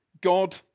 God